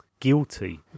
guilty